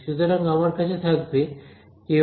সুতরাং আমার কাছে থাকবে k1ϕ1g1